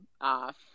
off